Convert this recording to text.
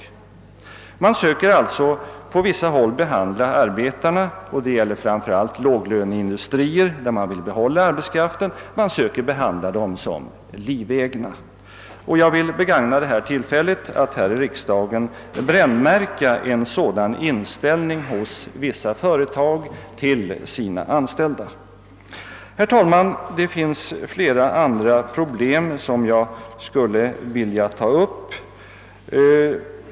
Man strävar alltså på vissa håll att behandla arbetarna som livegna — det gäller framför allt låglöneindustrier, som vill behålla sin arbetskraft. Jag vill begagna detta tillfälle att här i riksdagen brännmärka en sådan inställning hos vissa företag till sina anställda. Herr talman! Det finns andra problem som jag skulle vilja ta upp.